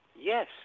Yes